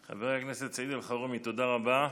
חבר הכנסת סעיד אלחרומי, תודה רבה.